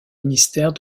ministères